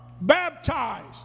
baptized